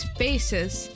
Spaces